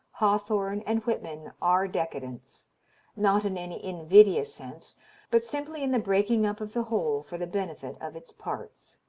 hawthorne and whitman are decadents not in any invidious sense but simply in the breaking up of the whole for the benefit of its parts.